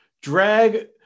Drag